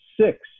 six